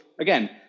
again